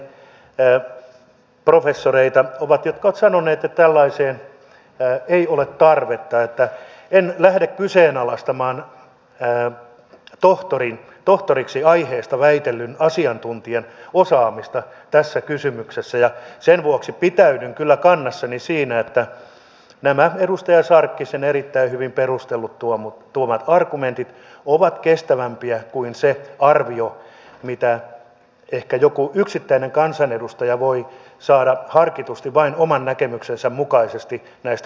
on professoreita jotka ovat sanoneet että tällaiseen ei ole tarvetta en lähde kyseenalaistamaan tohtoriksi aiheesta väitelleen asiantuntijan osaamista tässä kysymyksessä ja sen vuoksi pitäydyn kyllä kannassani siinä että nämä edustaja sarkkisen erittäin hyvin perustellut ja esiin tuomat argumentit ovat kestävämpiä kuin se arvio minkä ehkä joku yksittäinen kansanedustaja voi saada harkitusti vain oman näkemyksensä mukaisesti näistä lausumista irti